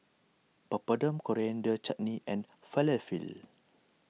Papadum Coriander Chutney and Falafel